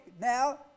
now